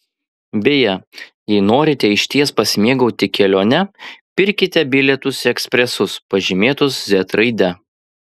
beje jei norite išties pasimėgauti kelione pirkite bilietus į ekspresus pažymėtus z raide